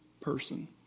person